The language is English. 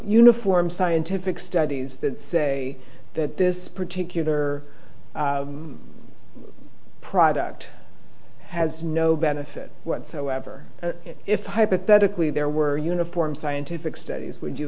uniform scientific studies that this particular product has no benefit whatsoever if hypothetically there were uniform scientific studies would you